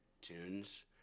tunes